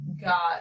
got